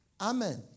Amen